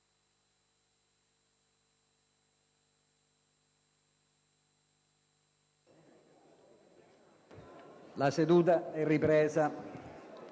La seduta è ripresa.